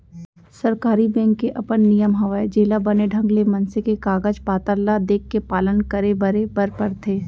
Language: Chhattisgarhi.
सरकारी बेंक के अपन नियम हवय जेला बने ढंग ले मनसे के कागज पातर ल देखके पालन करे बरे बर परथे